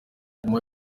guma